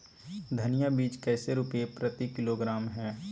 धनिया बीज कैसे रुपए प्रति किलोग्राम है?